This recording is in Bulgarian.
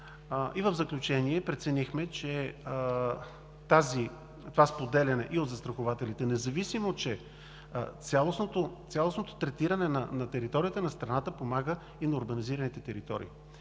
И в заключение преценихме това споделяне от застрахователите, независимо че цялостното третиране на територията на страната помага и на урбанизираните територии